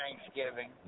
Thanksgiving